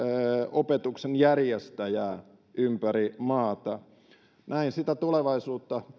opetuksen järjestäjää ympäri maata näin sitä tulevaisuutta